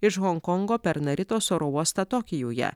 iš honkongo per naritos oro uostą tokijuje